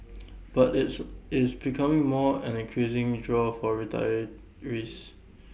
but it's is becoming more an increasing draw for retirees